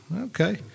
Okay